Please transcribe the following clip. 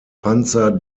panzer